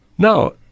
Now